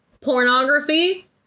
pornography